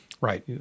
Right